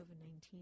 COVID-19